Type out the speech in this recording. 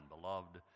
beloved